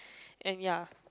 and ya